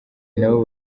nabo